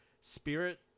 spirit